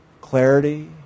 clarity